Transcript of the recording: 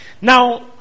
Now